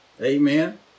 Amen